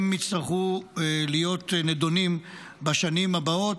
הם יצטרכו להיות נדונים בשנים הבאות,